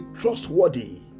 trustworthy